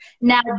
Now